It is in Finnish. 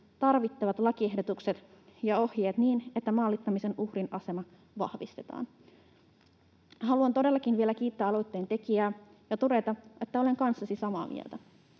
tarvittavat lakiehdotukset ja ohjeet niin, että maalittamisen uhrin asemaa vahvistetaan. Haluan todellakin vielä kiittää aloitteen tekijää ja todeta, että olen kanssasi samaa mieltä.